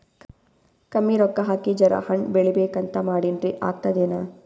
ಕಮ್ಮಿ ರೊಕ್ಕ ಹಾಕಿ ಜರಾ ಹಣ್ ಬೆಳಿಬೇಕಂತ ಮಾಡಿನ್ರಿ, ಆಗ್ತದೇನ?